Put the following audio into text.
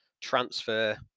transfer